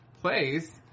place